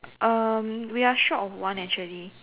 um we are short of one actually